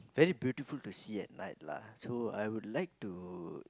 very beautiful to see at night lah so I would like to